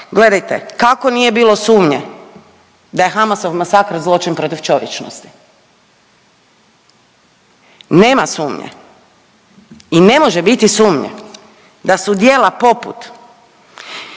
Gledajte kako nije bilo sumnje da je Hamasov masakr zločin protiv čovječnosti, nema sumnje i ne može biti sumnje da su djela poput